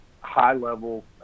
high-level